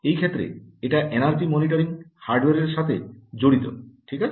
এক্ষেত্রে এটা energy monitoring হার্ডওয়ারের সাথে জড়িত ঠিক আছে